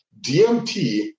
DMT